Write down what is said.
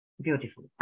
beautiful